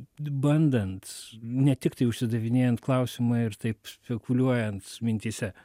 bandant ne tiktai užsidavinėjant klausimą ir taip spekuliuojant mintyse